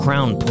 Crown